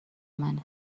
منه